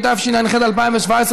התשע"ח 2017,